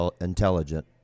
intelligent